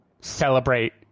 celebrate